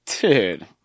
Dude